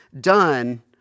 done